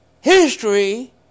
History